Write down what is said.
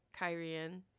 Kyrian